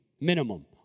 Minimum